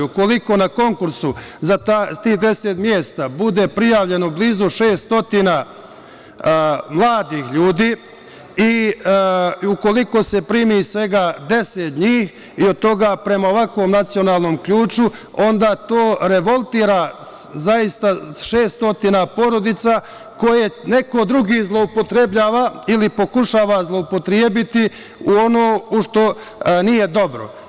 Ukoliko na konkursu za tih 10 mesta bude prijavljeno blizu 600 mladih ljudi i ukoliko se primi svega 10 njih i od toga prema ovakvom nacionalnom ključu, onda to revoltira zaista 600 porodica koje neko drugi zloupotrebljava ili pokušava zloupotrebiti u ono što nije dobro.